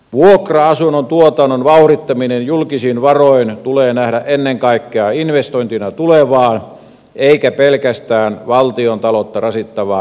vuokra asuntotuotannon vauhdittaminen julkisin varoin tulee nähdä ennen kaikkea investointina tulevaan eikä pelkästään valtion taloutta rasittavana menoeränä